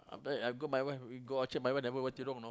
I go my wife we go Orchard my wife never wear tudung you know